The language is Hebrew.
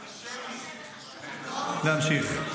להמשיך.